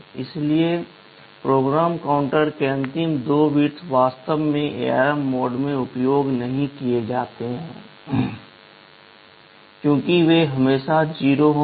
इसलिए PC के अंतिम दो बिट्स वास्तव में ARM मोड में उपयोग नहीं किए जाते हैं क्योंकि वे हमेशा 0 होंगे